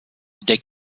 der